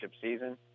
season